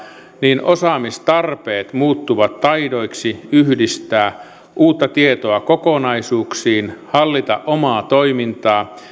niin osaamistarpeet muuttuvat taidoiksi yhdistää uutta tietoa kokonaisuuksiin hallita omaa toimintaa